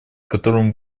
которым